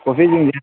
ꯀꯣꯐꯤꯁꯤꯡꯁꯦ